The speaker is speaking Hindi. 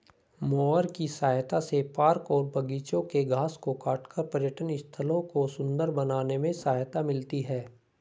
मोअर की सहायता से पार्क और बागिचों के घास को काटकर पर्यटन स्थलों को सुन्दर बनाने में सहायता मिलती है